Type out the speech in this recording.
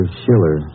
Schiller